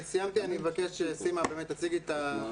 סיימתי, אני מבקש שסימה ‏תציג את המתווה.